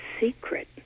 secret